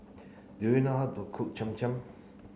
do you know how to cook Cham Cham